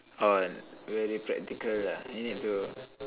orh very practical ah you need to